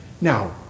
Now